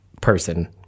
person